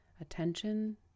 attention